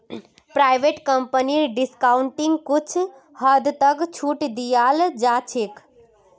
private कम्पनीक डिस्काउंटिंगत कुछ हद तक छूट दीयाल जा छेक